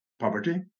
poverty